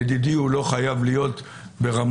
לדידי הוא לא חייב להיות ברמה